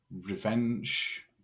revenge